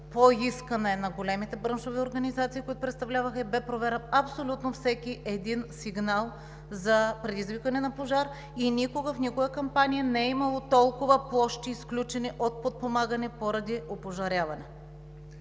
на големите браншови организации и бе проверен абсолютно всеки един сигнал за предизвикване на пожар. И никога, в никоя кампания не е имало толкова площи, изключени от подпомагане поради опожаряване.